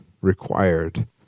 required